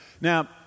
Now